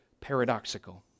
paradoxical